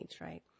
right